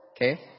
Okay